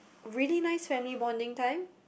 really nice family bonding time